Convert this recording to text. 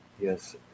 Yes